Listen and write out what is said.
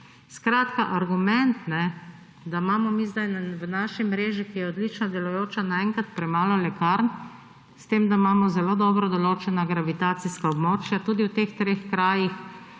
Skratka, argument, da imamo mi zdaj v naši mreži, ki je odlično delujoča, naenkrat premalo lekarn, s tem da imamo zelo dobro določena gravitacijska območja. Tudi v teh treh krajih,